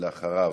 אחריו.